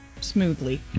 smoothly